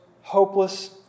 hopeless